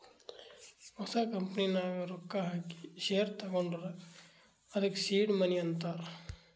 ಹೊಸ ಕಂಪನಿ ನಾಗ್ ರೊಕ್ಕಾ ಹಾಕಿ ಶೇರ್ ತಗೊಂಡುರ್ ಅದ್ದುಕ ಸೀಡ್ ಮನಿ ಅಂತಾರ್